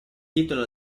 titolo